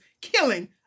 killing